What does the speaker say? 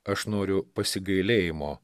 aš noriu pasigailėjimo